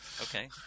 Okay